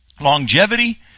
longevity